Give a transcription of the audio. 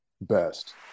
best